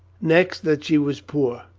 next that she was poor.